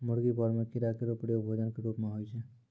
मुर्गी फार्म म कीड़ा केरो प्रयोग भोजन क रूप म होय छै